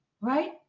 Right